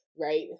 right